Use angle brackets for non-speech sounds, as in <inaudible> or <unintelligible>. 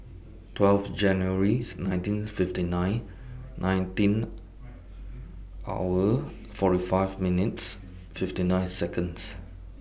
twelve January <unintelligible> nineteen fifty nine nineteen hour forty five minutes fifty nine Seconds